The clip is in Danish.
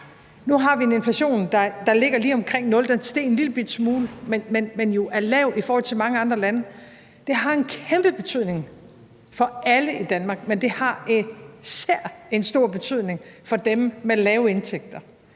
Nu har vi en inflation, der ligger lige omkring 0, og den er steget en lillebitte smule, men den er jo lav i forhold til mange andre lande. Det har en kæmpe betydning for alle i Danmark, men det har især en stor betydning for dem med lave indtægter.